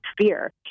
fear